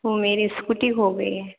वो मेरी स्कूटी खो गई है